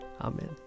Amen